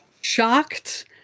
shocked